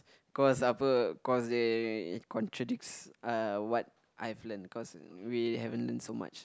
cause upper cause they contradicts uh what I've learn cause we haven't learn so much